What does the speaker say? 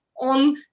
on